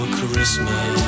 Christmas